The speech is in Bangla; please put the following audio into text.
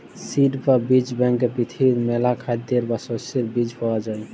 সিড বা বীজ ব্যাংকে পৃথিবীর মেলা খাদ্যের বা শস্যের বীজ পায়া যাই